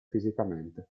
fisicamente